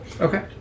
Okay